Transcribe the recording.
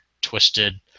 twisted